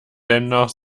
dennoch